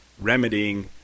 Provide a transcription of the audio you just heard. Remedying